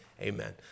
Amen